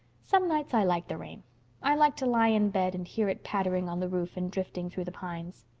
some nights i like the rain i like to lie in bed and hear it pattering on the roof and drifting through the pines.